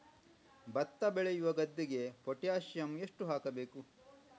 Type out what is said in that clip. ಭತ್ತ ಬೆಳೆಯುವ ಗದ್ದೆಗೆ ಪೊಟ್ಯಾಸಿಯಂ ಎಷ್ಟು ಹಾಕಬೇಕು?